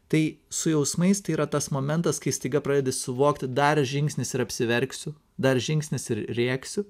tai su jausmais tai yra tas momentas kai staiga pradedi suvokti dar žingsnis ir apsiverksiu dar žingsnis ir rėksiu